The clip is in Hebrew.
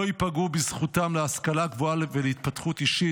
ייפגעו בזכותם להשכלה גבוהה ולהתפתחות אישית,